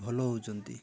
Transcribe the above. ଭଲ ହେଉଛନ୍ତି